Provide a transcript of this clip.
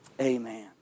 Amen